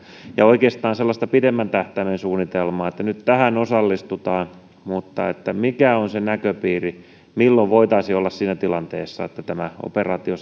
ja kysyisin oikeastaan sellaisesta pidemmän tähtäimen suunnitelmasta että kun nyt tähän osallistutaan niin mikä on se näköpiiri milloin voitaisiin olla siinä tilanteessa että tämä operaatio